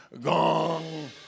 gong